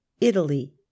Italy